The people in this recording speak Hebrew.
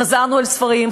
חזרנו על ספרים,